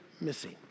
missing